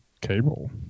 cable